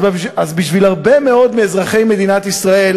אז בשביל הרבה מאוד מאזרחי מדינת ישראל